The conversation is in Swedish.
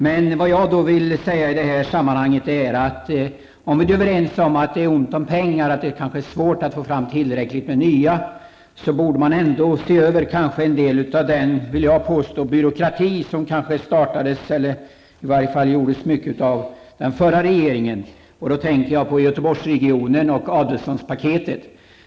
Men även om vi är överens om att det kan vara svårt att få fram tillräckligt med nya pengar, borde nog en översyn göras beträffande den byråkrati som jag påstår finns här och som till stor del kom till under den förra regeringen. Jag tänker på Göteborgsregionen och Adelsohnpaketet.